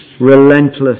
relentless